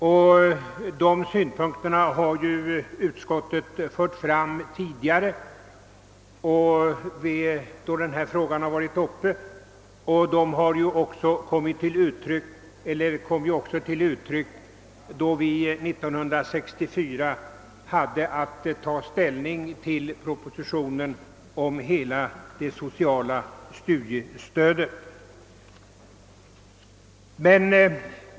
Dessa synpunkter har utskottet fört fram tidigare då den här frågan har varit uppe, och de kom också till uttryck när vi 1964 hade att ta ställning till propositionen om hela det sociala studiestödet.